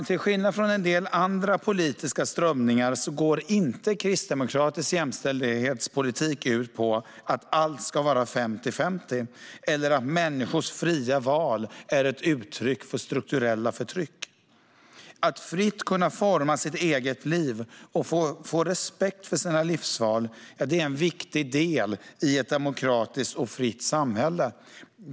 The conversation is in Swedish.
Till skillnad från en del andra politiska strömningar går inte kristdemokratisk jämställdhetspolitik ut på att allt ska vara fördelat exakt lika, eller på att människors fria val ska vara ett uttryck för strukturella förtryck. Att fritt kunna forma sitt eget liv och få respekt för sina livsval är en viktig del i ett demokratiskt och fritt samhälle.